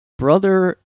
brother